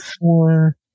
four